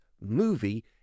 movie